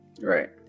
Right